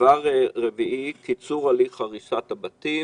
דבר רביעי, קיצור הליך הריסת הבתים.